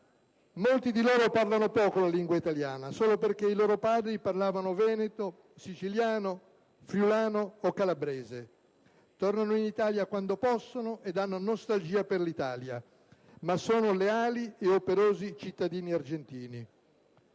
Molti di loro parlano poco la lingua italiana, solo perché i loro padri parlavano veneto, siciliano, friulano o calabrese. Tornano in Italia quando possono ed hanno nostalgia per l'Italia. Ma sono leali e operosi cittadini argentini.